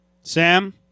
Sam